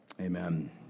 Amen